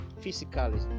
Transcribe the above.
physically